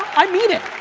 i mean it,